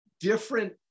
different